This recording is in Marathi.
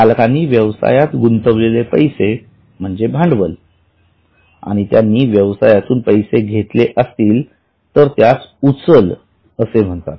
मालकांनी व्यवसायात गुंतीविलेले पैसे म्हणजे भांडवल आणि त्यांनी व्यवसायातून पैसे घेतले असतील तर त्यास उचलअसे म्हणतात